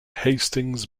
hastings